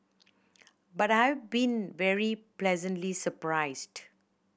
but I've been very pleasantly surprised